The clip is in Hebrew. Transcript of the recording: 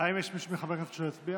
האם יש מישהו מחברי הכנסת שלא הצביע?